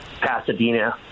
Pasadena